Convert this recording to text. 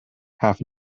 half